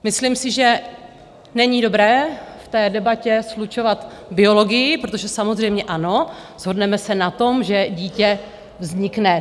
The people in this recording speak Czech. Myslím si, že není dobré v té debatě slučovat biologii, protože samozřejmě, ano, shodneme se na tom, že dítě vznikne...